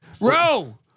row